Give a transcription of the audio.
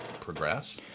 progress